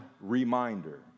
reminder